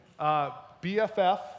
BFF